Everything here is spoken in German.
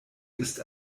ist